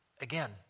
again